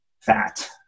fat